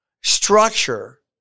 Structure